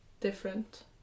different